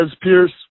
Pierce